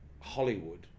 Hollywood